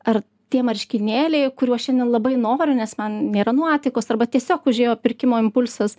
ar tie marškinėliai kurių aš šiandien labai noriu nes man nėra nuotaikos arba tiesiog užėjo pirkimo impulsas